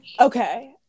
Okay